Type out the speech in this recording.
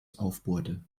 aufbohrte